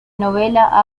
novela